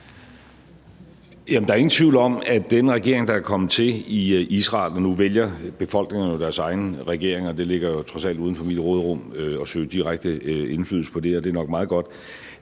der er ingen tvivl om, at den regering, der er kommet til i Israel – nu vælger befolkningerne jo deres egen regering, og det ligger trods alt uden for mit råderum at søge direkte indflydelse på det, og det er nok meget godt